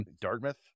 Dartmouth